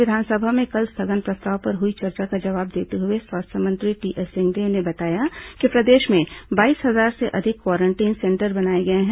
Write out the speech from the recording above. राज्य विधानसभा में कल स्थगन प्रस्ताव पर हुई चर्चा का जवाब देते हुए स्वास्थ्य मंत्री टीएस सिंहदेव ने बताया कि प्रदेश में बाईस हजार से अधिक क्वारंटीन सेंटर बनाये गये हैं